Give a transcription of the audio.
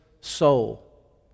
soul